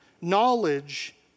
knowledge